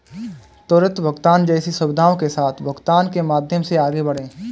त्वरित भुगतान जैसी सुविधाओं के साथ भुगतानों के माध्यम से आगे बढ़ें